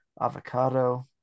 avocado